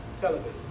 television